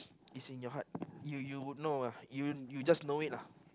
it's in your heart you you would know uh you you just know it lah